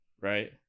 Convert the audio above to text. right